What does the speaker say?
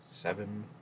Seven